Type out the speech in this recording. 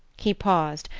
he paused,